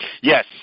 Yes